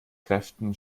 kräften